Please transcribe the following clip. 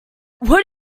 what